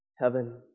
heaven